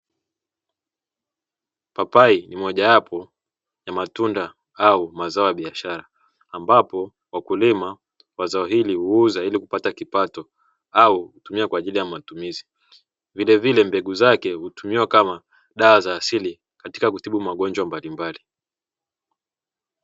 Papai ni mojawapo ya matunda au mazao ya biashara, ambapo wakulima wa zao hili huuza ili kupata kipato au kutumia kwa ajili ya matumizi vilevile, mbegu zake hutumiwa kama dawa za asili katika kutibu magonjwa mbalimbali.